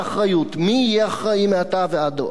מי יהיה אחראי מעתה ועד עולם?